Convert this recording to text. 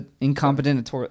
Incompetent